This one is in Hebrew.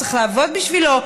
צריך לעבוד בשבילו,